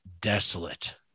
desolate